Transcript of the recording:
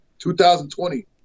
2020